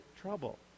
trouble